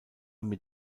mit